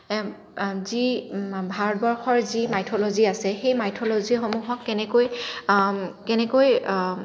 যি ভাৰতবৰ্ষৰ যি মাইথল'জী আছে সেই মাইথল'জীসমূহক কেনেকৈ কেনেকৈ